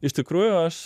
iš tikrųjų aš